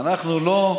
בטח שלא.